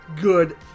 good